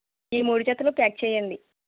ఈ మూడు జతలు ప్యాక్ చేయండి